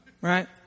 Right